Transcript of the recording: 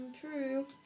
True